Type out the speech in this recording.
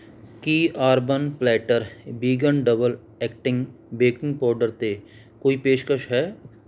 ਕੀ urban platter vegan double acting baking powder 'ਤੇ ਕੋਈ ਪੇਸ਼ਕਸ਼ ਹੈ